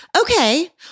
Okay